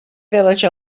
village